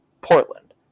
Portland